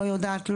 לא יודעת,